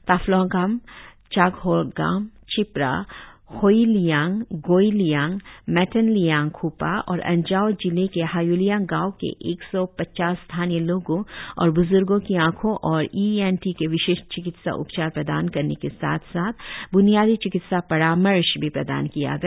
ताफलोहागाम चागलोहागाम चिपड़ा होयिलियांग गोईलियांग मेटेनलियांग ख्पा और अंजाव जिले के हाय्लियांग गाँव के एक सौ पचास स्थानीय लोगों और ब्र्ज्गो की आँखों और ईएनटी के विशेष चिकित्सा उपचार प्रदान करने के साथ साथ ब्नियादी चिकित्सा परामर्श भी प्रदान किया गया